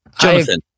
Jonathan